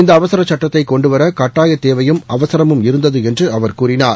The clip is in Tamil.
இந்த அவசர சட்டத்தை கொண்டுவர கட்டாய தேவையும் அவசரமும் இருந்தது என்று அவர் கூறினார்